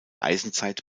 eisenzeit